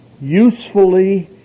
usefully